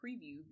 preview